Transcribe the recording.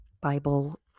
Bible